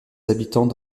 habitants